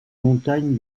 montagnes